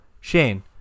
Shane